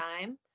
time